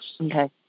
Okay